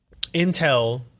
Intel